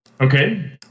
Okay